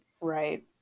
Right